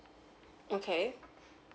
okay